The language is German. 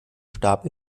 starb